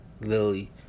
Lily